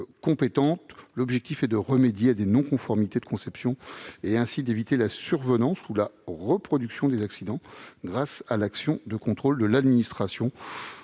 l'objectif étant de remédier à des non-conformités de conception et d'éviter ainsi la survenance ou la reproduction des accidents, grâce à l'action de contrôle de l'administration.